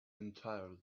entirely